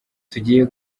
tugiye